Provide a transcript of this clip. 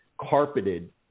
carpeted